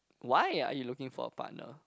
why are you looking for a partner